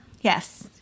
Yes